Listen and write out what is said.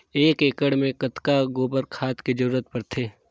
एक एकड़ मे कतका गोबर खाद के जरूरत पड़थे?